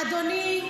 אדוני,